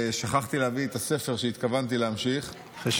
ששכחתי להביא את הספר שהתכוונתי להמשיך בו.